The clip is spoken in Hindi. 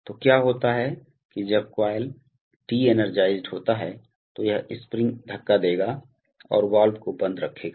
तो क्या होता है कि जब कोइल डी एनर्जेटिक होता है तो यह स्प्रिंग धक्का देगा और वाल्व को बंद रखेगा